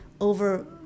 over